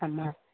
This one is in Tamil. ஆமாம்